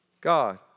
God